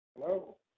Hello